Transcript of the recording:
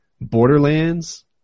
Borderlands